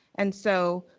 and so,